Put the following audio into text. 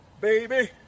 baby